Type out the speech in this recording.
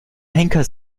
henker